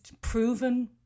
proven